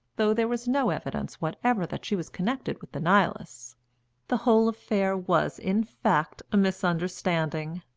though there was no evidence whatever that she was connected with the nihilists the whole affair was, in fact, a misunderstanding,